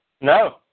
No